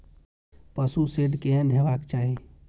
पशु शेड केहन हेबाक चाही?